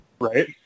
right